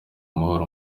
amahoro